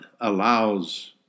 allows